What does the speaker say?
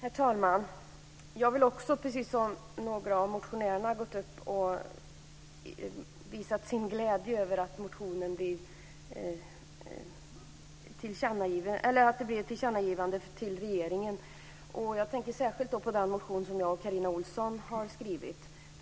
Herr talman! Jag vill - precis som några av de motionärer som gått upp i talarstolen och visat sin glädje över tillkännagivandet till regeringen - uttrycka glädje. Jag tänker särskilt på den motion som jag och Carina Ohlsson har väckt.